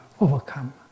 overcome